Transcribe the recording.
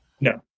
No